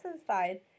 inside